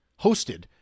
hosted